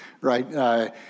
right